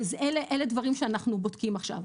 אלה דברים שאנחנו בודקים עכשיו.